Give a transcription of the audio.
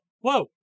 whoa